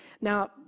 Now